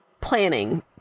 planning